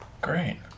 great